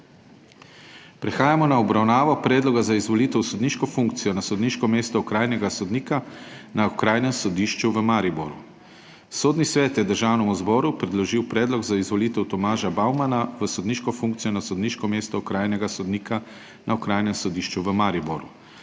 Prehajamo na obravnavo Predloga za izvolitev v sodniško funkcijo na sodniško mesto okrajnega sodnika na Okrajnem sodišču v Mariboru. Sodni svet je Državnemu zboru predložil predlog za izvolitev Tomaža Baumana v sodniško funkcijo na sodniško mesto okrajnega sodnika na Okrajnem sodišču v Mariboru.